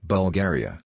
Bulgaria